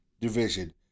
division